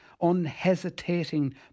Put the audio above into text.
unhesitating